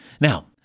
Now